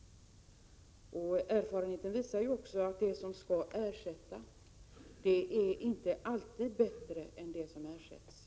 Erfarenheten visar också att det som skall ersätta inte alltid är bättre än det som ersätts.